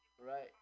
Right